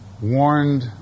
warned